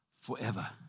forever